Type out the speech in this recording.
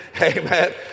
amen